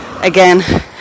again